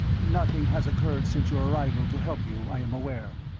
nothing has occurred since your arrival to help you, i am aware.